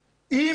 לב.